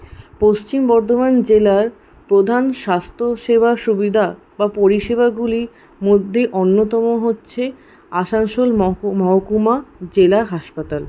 পশ্চিম বর্ধমান জেলার প্রধান স্বাস্থ্যসেবা সুবিধা বা পরিষেবাগুলির মধ্যে অন্যতম হচ্ছে আসানসোল মহকুমা জেলা হাসপাতাল